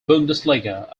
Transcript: bundesliga